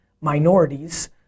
minorities